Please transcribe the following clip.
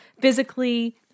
physically